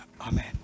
Amen